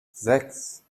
sechs